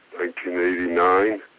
1989